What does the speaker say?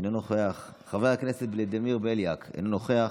אינו נוכח, חבר הכנסת ולדימיר בליאק, אינו נוכח,